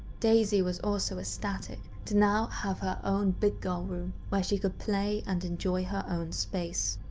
daisy was also ecstatic to now have her own big girl room where she could play and enjoy her own space.